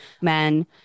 men